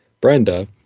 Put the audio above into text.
Brenda